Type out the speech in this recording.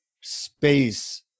space